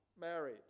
married